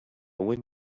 one